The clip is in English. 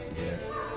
Yes